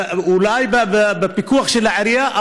אולי בפיקוח של העירייה,